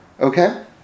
okay